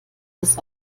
des